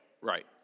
Right